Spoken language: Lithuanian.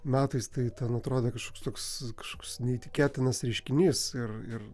metais tai ten atrodė kažkoks toks kažkoks neįtikėtinas reiškinys ir ir